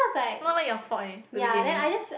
not even your fault leh to begin with